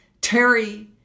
Terry